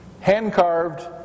hand-carved